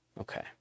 okay